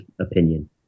opinion